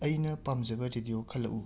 ꯑꯩꯅ ꯄꯥꯝꯖꯕ ꯔꯦꯗꯤꯌꯣ ꯈꯜꯂꯛꯎ